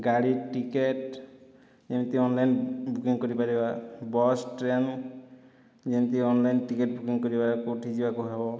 ଗାଡ଼ି ଟିକେଟ୍ କେମିତି online booking କରିପାରିବା ବସ୍ ଟ୍ରେନ୍ ଯେମିତି ଅନ୍ଲାଇନ୍ ଟିକେଟ୍ ବୁକିଂ କରିବା କୋଉଠି ଯିବାକୁ ହେବ